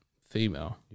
female